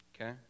okay